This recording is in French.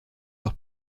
leur